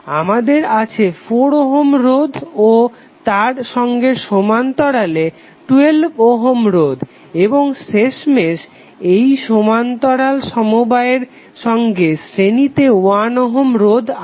আমাদের আছে 4 ওহম রোধ তার সঙ্গে সমান্তরালে 12 ওহম রোধ এবং শেষমেশ এই সমান্তরাল সমবায়ের সঙ্গে শ্রেণীতে 1 ওহম রোধ আছে